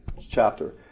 chapter